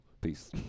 Peace